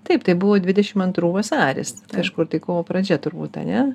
taip tai buvo dvidešimt antrų vasaris kažkur tai kovo pradžia turbūt ar ne